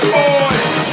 boys